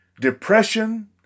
depression